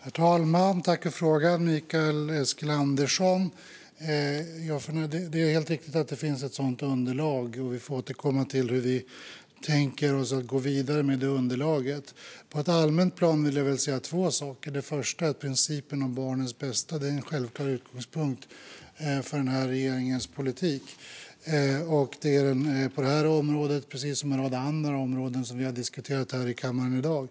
Herr talman! Jag tackar Mikael Eskilandersson för frågan. Det är helt riktigt att det finns ett sådant underlag, och vi får återkomma till hur vi tänker oss att gå vidare med detta underlag. På ett allmänt plan vill jag säga två saker. Det första är att principen om barnets bästa är en självklar utgångspunkt för regeringens politik på detta område precis som på en rad andra områden vi har diskuterat i kammaren i dag.